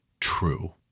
true